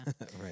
Right